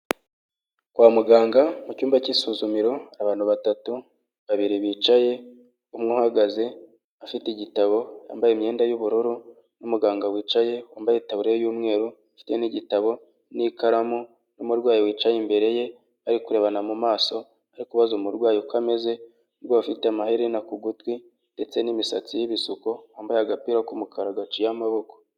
Kwa muganga mu cyumba cy'isuzumiro, abantu batatu babiri bicaye umwe uhagaze afite igitabo yambaye imyenda y'ubururu, n'umuganga wicaye wambaye itaburiya y'umweru afite n'igitabo n'ikaramu, n'umurwayi wicaye imbere ye bari kurebana mu maso ariko kubaza umurwayi uko ameze. Umurwayi ufite amaherena ku gutwi ndetse n'imisatsi y'ibisuko wambaye agapira k'umukara gaciye amaboko.